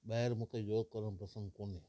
ॿाहिरि मूंखे योग करण पसंदि कोन्हे